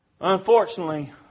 Unfortunately